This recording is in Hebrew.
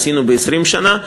עשינו ב-20 שנה.